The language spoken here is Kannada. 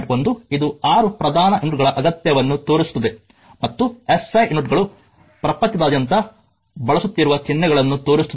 1 ಇದು 6 ಪ್ರಧಾನ ಯೂನಿಟ್ಗಳ ಅಗತ್ಯವನ್ನು ತೋರಿಸುತ್ತದೆ ಮತ್ತು ಎಸ್ಐ ಯೂನಿಟ್ಗಳು ಪ್ರಪಂಚದಾದ್ಯಂತ ಬಳಸುತ್ತಿರುವ ಚಿಹ್ನೆಗಳನ್ನು ತೋರಿಸುತ್ತದೆ